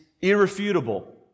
irrefutable